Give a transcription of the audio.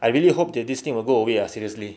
I really hope that this thing will go away ah seriously